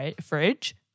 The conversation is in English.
fridge